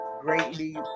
greatly